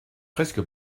presque